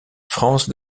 france